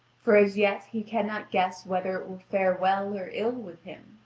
for as yet he cannot guess whether it will fare well or ill with him.